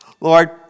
Lord